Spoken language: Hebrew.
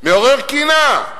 מעורר קנאה.